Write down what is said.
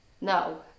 no